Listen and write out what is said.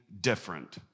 different